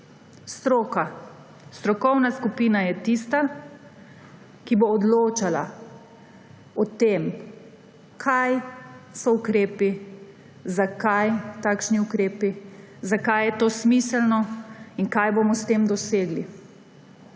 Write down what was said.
Stroka, strokovna skupina je tista, ki bo odločala o tem, kaj so ukrepi, zakaj takšni ukrepi, zakaj je to smiselno in kaj bomo s tem dosegli.